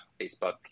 Facebook